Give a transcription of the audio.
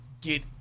get